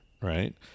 right